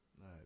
right